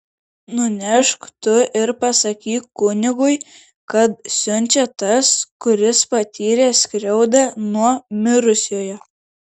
nunešk tu ir pasakyk kunigui kad siunčia tas kuris patyrė skriaudą nuo mirusiojo